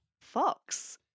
Fox